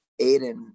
Aiden